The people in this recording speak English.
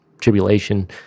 tribulation